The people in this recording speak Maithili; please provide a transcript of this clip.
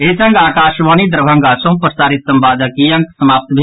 एहि संग आकाशवाणी दरभंगा सँ प्रसारित संवादक ई अंक समाप्त भेल